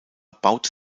baute